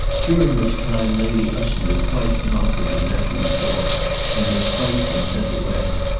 during which time lady ushant had twice knocked at her nephew's door and had twice been sent away.